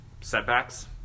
setbacks